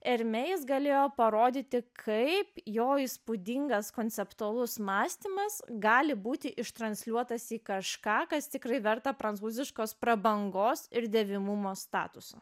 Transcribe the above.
ermeis galėjo parodyti kaip jo įspūdingas konceptualus mąstymas gali būti ir transliuotas į kažką kas tikrai verta prancūziškos prabangos ir dėvimumo statuso